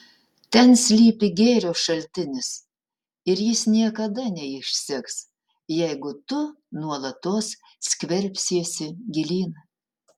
ten slypi gėrio šaltinis ir jis niekada neišseks jeigu tu nuolatos skverbsiesi gilyn